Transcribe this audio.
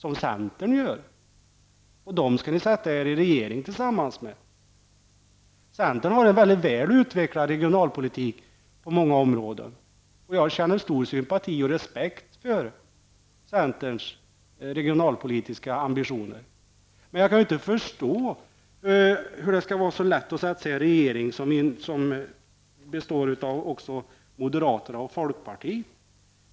Och folkpartiet skall ni sätta er tillsammans med i en regering. Centern har en väldigt väl utvecklad regionalpolitik på många områden, och jag känner stor sympati och respekt för centerns regionalpolitiska ambitioner. Men jag kan inte förstå hur det kan vara så lätt att sätta sig i en regering som också består av moderaterna och folkpartiet.